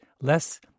less